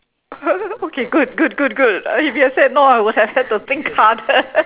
okay good good good good if you said no I would have had to think harder